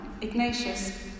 Ignatius